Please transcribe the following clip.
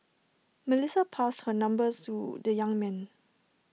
Melissa passed her number to the young man